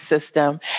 system